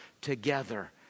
together